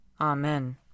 Amen